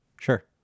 sure